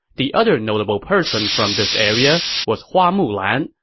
the other notable person from this area was hua mulan,